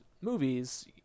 movies